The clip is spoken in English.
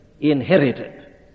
inherited